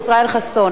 חבר הכנסת ישראל חסון,